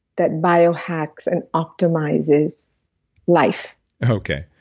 that biohacks and optimizes life okay,